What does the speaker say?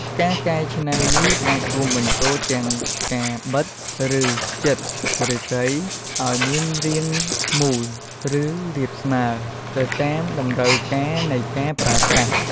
ការកែច្នៃនេះអាចរួមបញ្ចូលទាំងការបិត ឬចិតឬស្សីអោយមានរាងមូល ឬរាបស្មើ ទៅតាមតម្រូវការនៃការប្រើប្រាស់។